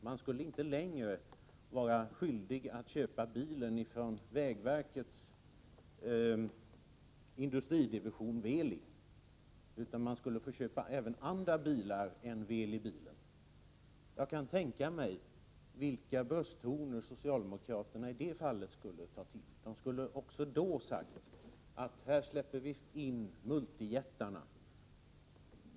Man skulle alltså inte längre vara skyldig att köpa bilar från vägverkets industridivision, Veli, utan man skulle få köpa även andra än Velibilar. Jag kan tänka mig vilka brösttoner socialdemokraterna i det fallet skulle ta till. De skulle också då ha sagt att här släpper vi in multijättarna.